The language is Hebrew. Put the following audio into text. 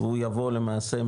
הוא יבוא למעשה,